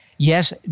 Yes